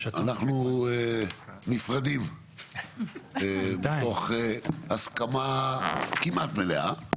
אנחנו נפרדים בתוך הסכמה כמעט מלאה,